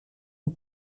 een